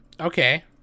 Okay